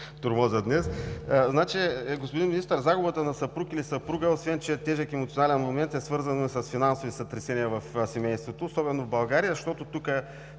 много въпроси. Господин Министър, загубата на съпруг или съпруга, освен че е тежък емоционален момент, е свързано и с финансови сътресения в семейството, особено в България,